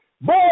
Boy